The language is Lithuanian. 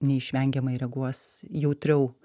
neišvengiamai reaguos jautriau